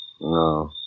No